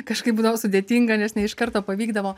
kažkaip būdavo sudėtinga nes ne iš karto pavykdavo